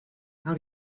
how